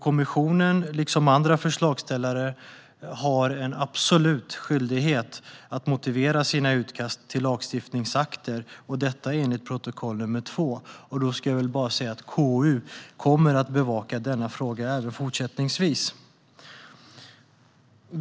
Kommissionen, liksom andra förslagsställare, har en absolut skyldighet att motivera sina utkast till lagstiftningsakter, detta enligt protokoll nr 2. KU kommer att bevaka denna fråga även fortsättningsvis.